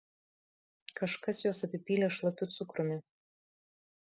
kažkas juos apipylė šlapiu cukrumi